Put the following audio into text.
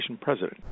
President